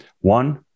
One